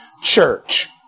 church